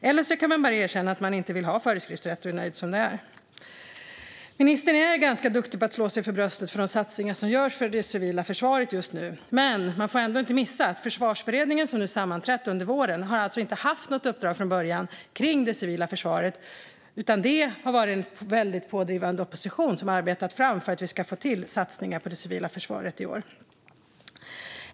Alternativt kan man bara erkänna att man inte vill ha föreskriftsrätt och är nöjd som det är. Ministern är ganska duktig på att slå sig för bröstet för de satsningar som görs på det civila försvaret just nu. Men man får inte missa att Försvarsberedningen, som sammanträtt nu under våren, från början inte hade något uppdrag om det civila försvaret. Det har en väldigt pådrivande opposition arbetat fram för att vi ska få till satsningar på det civila försvaret i år.